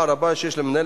מעט,